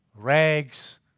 Rags